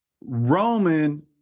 Roman